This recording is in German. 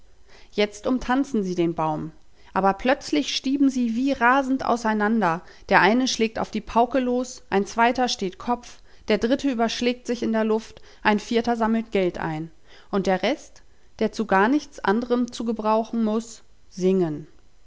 jetzt umtanzen sie den baum aber plötzlich stieben sie wie rasend auseinander der eine schlägt auf die pauke los ein zweiter steht kopf der dritte überschlägt sich in der luft ein vierter sammelt geld ein und der rest der zu gar nichts anderem zu gebrauchen muß singen